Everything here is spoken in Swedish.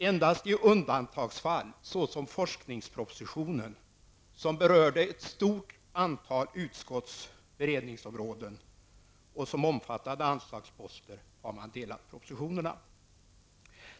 Endast i undantagsfall som när det gällde forskningspropositionen -- som berörde ett stort antal utskotts beredningsområden och som omfattade anslagsposter -- har man delat propostionerna.